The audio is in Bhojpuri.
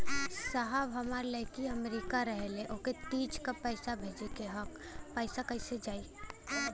साहब हमार लईकी अमेरिका रहेले ओके तीज क पैसा भेजे के ह पैसा कईसे जाई?